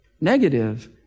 negative